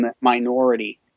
minority